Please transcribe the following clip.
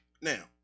Now